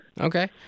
Okay